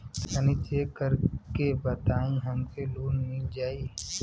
तनि चेक कर के बताई हम के लोन मिल जाई?